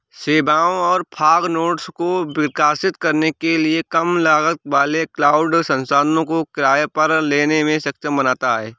सेवाओं और fog nodes को प्रकाशित करने के लिए कम लागत वाले क्लाउड संसाधनों को किराए पर लेने में सक्षम बनाता है